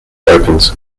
opens